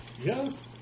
Yes